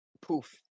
Poof